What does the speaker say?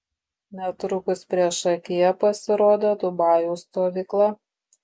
netrukus priešakyje pasirodė dubajaus stovykla